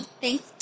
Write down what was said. Thanks